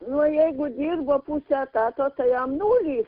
nu jeigu dirbo pusę etato tai jam nulį